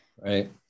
Right